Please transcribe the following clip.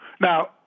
now